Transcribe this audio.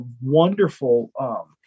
wonderful